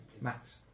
Max